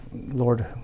Lord